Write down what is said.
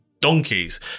donkeys